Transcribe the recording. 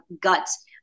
guts